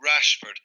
Rashford